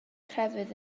crefydd